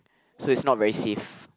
so is not very safe